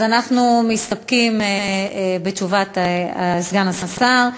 אז אנחנו מסתפקים בתשובת סגן השר.